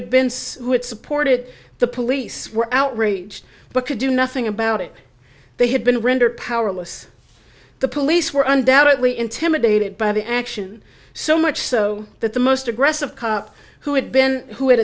had been supported the police were outraged but could do nothing about it they had been rendered powerless the police were undoubtedly intimidated by the action so much so that the most aggressive cop who had been who had